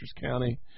County